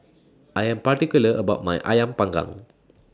I Am particular about My Ayam Panggang